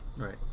right